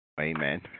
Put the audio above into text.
amen